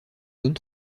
zones